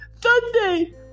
Sunday